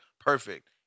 perfect